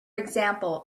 example